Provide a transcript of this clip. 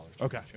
Okay